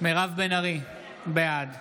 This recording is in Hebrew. מירב בן ארי, בעד